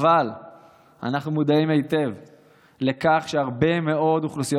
אבל אנחנו מודעים היטב לכך שהרבה מאוד אוכלוסיות